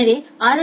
எனவே ஆர்